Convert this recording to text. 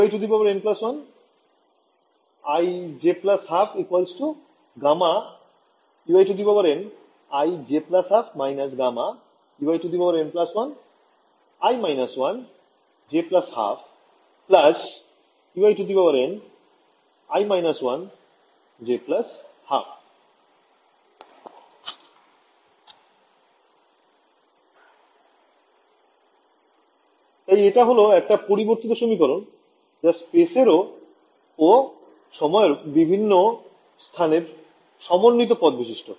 • y n1i j 12 γEy ni j 12 − γEy n1i − 1 j 12 Ey ni − 1 j 12 তাই এটা হল একটা পরিবর্তিত সমীকরণ যা স্পেসের ও সময়ের বিভিন্ন স্থানে সমন্বিত পদবিশিষ্ট